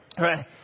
right